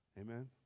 Amen